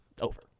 over